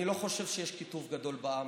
אני לא חושב שיש קיטוב גדול בעם.